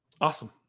awesome